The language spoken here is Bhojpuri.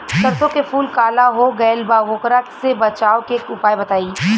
सरसों के फूल काला हो गएल बा वोकरा से बचाव के उपाय बताई?